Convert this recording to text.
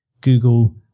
google